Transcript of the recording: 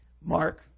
Mark